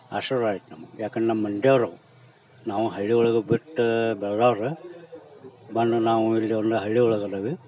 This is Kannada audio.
ಆಶೀರ್ವಾದ ಐತೆ ನಮ್ಗೆ ಯಾಕಂತ ನಮ್ಮ ಮನೆದೇವ್ರು ಅವ್ರು ನಾವು ಹಳ್ಳಿ ಒಳಗೆ ಬಿಟ್ಟು ಬೆಳಗಾವಿ ರೀ ಬಂದು ನಾವು ಇಲ್ಲಿ ಒಂದು ಹಳ್ಳಿಯೊಳಗೆ ಅದೀವಿ